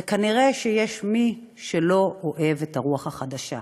וכנראה יש מי שלא אוהב את הרוח החדשה.